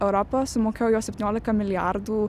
europa sumokėjo jau septyniolika milijardų